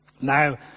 Now